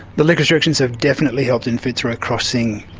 the liquor restrictions have definitely helped in fitzroy crossing,